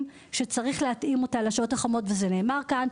שצריך להתאים אותן לשעות החמות וזה נאמר כאן.